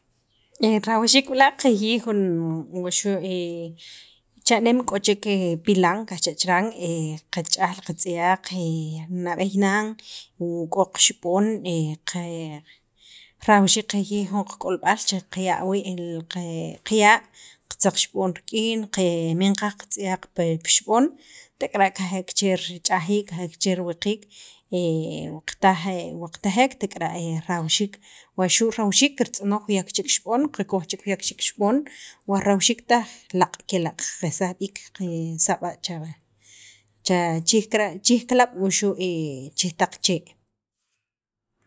rajawxiik b'la' qajiyij jun wuxu' cha'neem k'o chek pilan qajcha' chiran qach'aj li qatz'yaq nab'eey nan wa k'o qaxab'on qe rajawxiik qajayij jun qak'olb'al che qaya' wii' qaya' qatzaq xab'on rik'in kaminqa qatz'yaq pi xab'on, tek'ara' qajek che rich'ajiik, qajek che riwiqiik, wuqtaj wuqtajek tek'ara' rajawxiik, waxu' rajawxiik kirtz'onoj juyak chek xib'on qakoj chek juyak chek xib'on, o rajawxiik taj laaq' kela' qalsaj b'iik qe qasab'a' cha chi riij kalaab' wuxu' chiriij taq chee'.